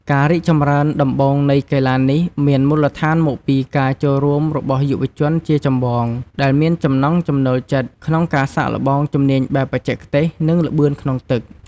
ការរីកចម្រើនដំបូងនៃកីឡានេះមានមូលដ្ឋានមកពីការចូលរួមរបស់យុវជនជាចម្បង ដែលមានចំណង់ចំណូលចិត្តក្នុងការសាកល្បងជំនាញបែបបច្ចេកទេស និងល្បឿនក្នុងទឹក។